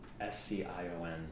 S-C-I-O-N